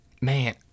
man